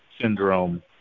syndrome